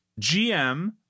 gm